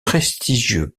prestigieux